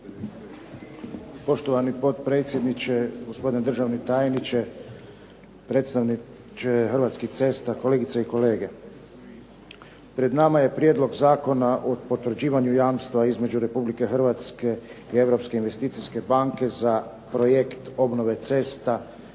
Poštovani potpredsjedniče, gospodine državni tajniče, predstavniče Hrvatskih cesta, kolegice i kolege. Pred nama je prijedlog Zakona o potvrđivanju jamstva između Republike Hrvatske i Europske investicijske banke za projekt obnove cesta 2 Hrvatska B, tzv.